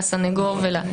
לסנגור.